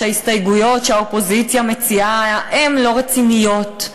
שההסתייגויות שהאופוזיציה מציעה הן לא רציניות,